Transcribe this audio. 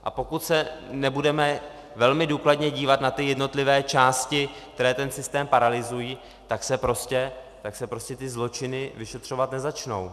A pokud se nebudeme velmi důkladně dívat na ty jednotlivé části, které ten systém paralyzují, tak se prostě ty zločiny vyšetřovat nezačnou.